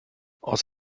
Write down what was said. aus